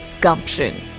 Gumption